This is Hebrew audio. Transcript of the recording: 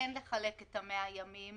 כן לחלק את 100 הימים,